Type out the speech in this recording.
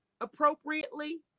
appropriately